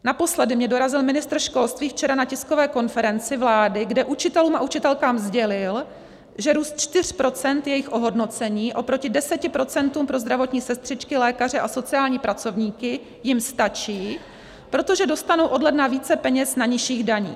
Naposledy mě dorazil ministr školství včera na tiskové konferenci vlády, kde učitelům a učitelkám sdělil, že růst čtyř procent jejich ohodnocení oproti deseti procentům pro zdravotní sestřičky, lékaře a sociální pracovníky jim stačí, protože dostanou od ledna více peněz na nižších daních.